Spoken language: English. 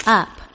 up